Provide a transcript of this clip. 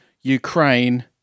Ukraine